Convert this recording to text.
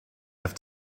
have